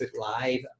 Live